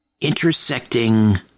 intersecting